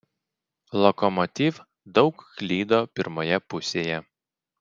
lokomotiv daug klydo pirmoje pusėje